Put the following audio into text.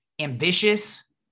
ambitious